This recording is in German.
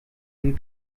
wenn